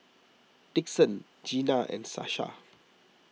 Dixon Gena and Sasha